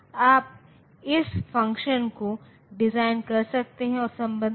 तो इस प्रारूप में ऋण 44 का प्रतिनिधित्व नहीं किया जा सकता है